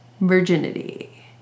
virginity